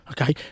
okay